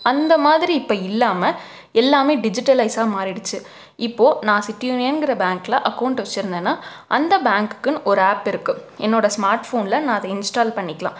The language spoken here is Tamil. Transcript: அந்த மாதிரி இப்போ இல்லாம எல்லாமே டிஜிட்டலைஸாக மாறிடுச்சு இப்போ நான் சிட்டி யூனியன்ங்கிற பேங்கில் அக்கோண்ட்டு வச்சிருந்தேன்னா அந்த பேங்குக்குன்னு ஒரு ஆப் இருக்கு என்னோட ஸ்மார்ட் ஃபோனில் நான் அதை இன்ஸ்டால் பண்ணிக்கலாம்